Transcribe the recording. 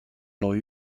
neu